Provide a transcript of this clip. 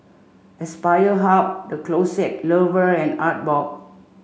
Aspire Hub The Closet Lover and Artbox